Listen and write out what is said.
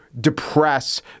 depress